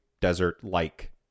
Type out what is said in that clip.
desert-like